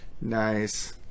Nice